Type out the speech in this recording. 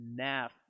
Naf